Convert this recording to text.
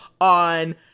on